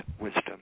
wisdom